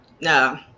no